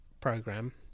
program